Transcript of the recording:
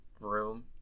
room